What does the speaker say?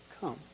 come